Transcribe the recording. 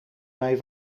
mij